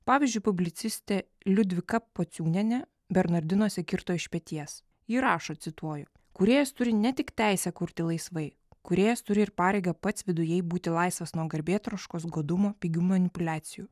pavyzdžiui publicistė liudvika pociūnienė bernardinuose kirto iš peties ji rašo cituoju kūrėjas turi ne tik teisę kurti laisvai kūrėjas turi ir pareigą pats vidujai būti laisvas nuo garbėtroškos godumo pigių manipuliacijų